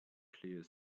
clear